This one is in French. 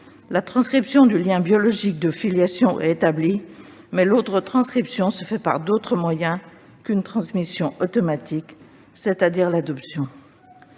La transcription du lien biologique de filiation est établie, mais l'autre transcription se fait par des moyens autres qu'une transmission automatique, c'est-à-dire par l'adoption.